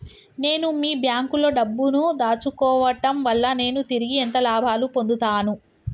నేను మీ బ్యాంకులో డబ్బు ను దాచుకోవటం వల్ల నేను తిరిగి ఎంత లాభాలు పొందుతాను?